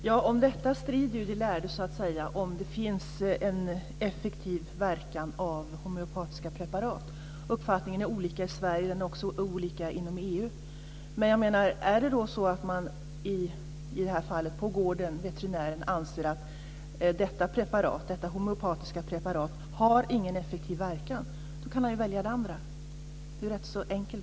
Fru talman! De lärde strider om huruvida det finns en effektiv verkan av homoepatiska preparat. Uppfattningen är olika i Sverige. Den är också olika inom Men om veterinären på gården, i det här fallet, anser att det homeopatiska preparatet inte har någon verkan kan han välja det andra. Det är ju rätt enkelt.